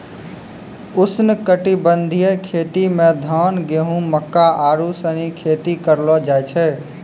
उष्णकटिबंधीय खेती मे धान, गेहूं, मक्का आरु सनी खेती करलो जाय छै